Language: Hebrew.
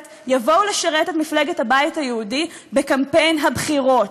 יבואו לשרת את מפלגת הבית היהודי בקמפיין הבחירות.